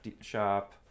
shop